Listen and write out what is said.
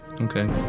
Okay